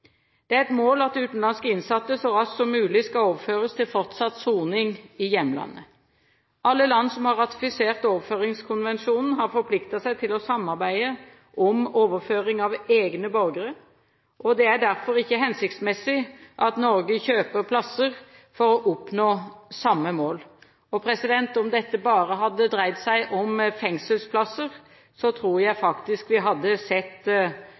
Det er et mål at utenlandske innsatte så raskt som mulig skal overføres til fortsatt soning i hjemlandet. Alle land som har ratifisert overføringskonvensjonen, har forpliktet seg til å samarbeide om overføring av egne borgere. Det er derfor ikke hensiktsmessig at Norge kjøper plasser for å oppnå samme mål. Om dette bare hadde dreid seg om fengselsplasser, tror jeg faktisk vi hadde sett